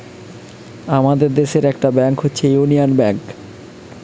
আমাদের দেশের একটা ব্যাংক হচ্ছে ইউনিয়ান ব্যাঙ্ক